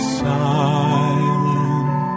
silent